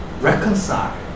reconcile